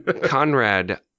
Conrad